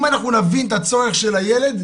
אם אנחנו נבין את הצורך של הילד,